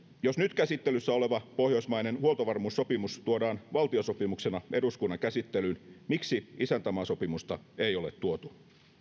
jos nyt käsittelyssä oleva pohjoismainen huoltovarmuussopimus tuodaan valtiosopimuksena eduskunnan käsittelyyn miksi isäntämaasopimusta ei ole tuotu